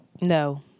No